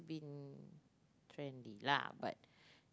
been trendy lah but